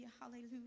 hallelujah